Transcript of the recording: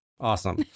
Awesome